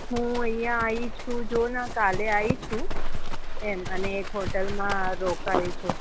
હું અહીંયા આવી છું જો ને કાલે આવી છું એમ અને એક હોટલમાં રોકાઈ છું